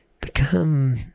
Become